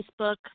Facebook